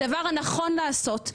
זה הדבר הנכון לעשות.